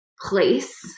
place